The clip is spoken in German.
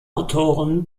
autoren